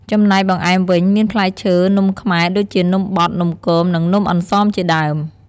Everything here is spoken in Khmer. ចំណែកបង្អែមវិញ មានផ្លែឈើ នំខ្មែរ ដូចជានំបត់ នំគម និងនំអន្សមជាដើម។